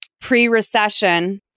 Pre-recession